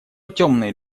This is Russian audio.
темные